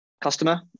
customer